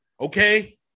Okay